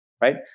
right